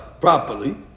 properly